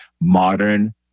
modern